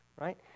right